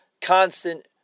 constant